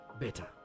better